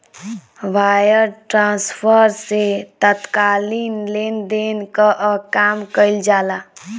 wire transfer से तात्कालिक लेनदेन कअ काम कईल जाला